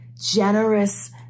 generous